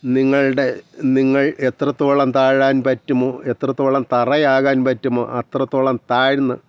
നിങ്ങളുടെ നിങ്ങൾ എത്രത്തോളം താഴാൻ പറ്റുമോ എത്രത്തോളം തറയാകാൻ പറ്റുമോ അത്രത്തോളം താഴ്ന്ന്